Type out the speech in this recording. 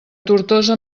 tortosa